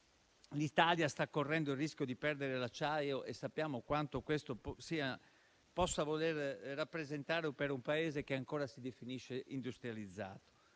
l'Italia sta correndo il rischio di perdere l'acciaio e sappiamo quanto questo possa voler rappresentare per un Paese che ancora si definisce industrializzato.